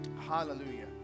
Hallelujah